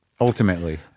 ultimately